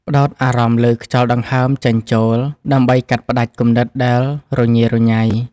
ផ្ដោតអារម្មណ៍លើខ្យល់ដង្ហើមចេញចូល ដើម្បីកាត់ផ្ដាច់គំនិតដែលរញ៉េរញ៉ៃ។